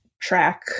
track